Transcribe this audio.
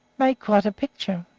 made quite a picture.